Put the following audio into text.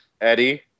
Eddie